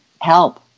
help